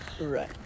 Right